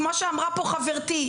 כמו שאמרה כאן חברתי,